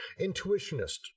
intuitionist